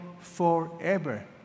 forever